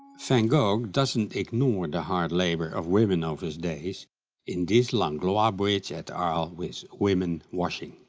van gogh doesn't ignore the hard labor of women of his days in this langlois bridge at arles with women washing.